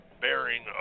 bearing